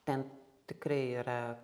ten tikrai yra